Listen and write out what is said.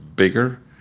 bigger